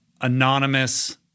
anonymous